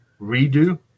redo